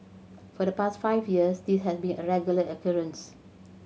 for the past five years this had been a regular occurrence